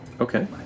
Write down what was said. Okay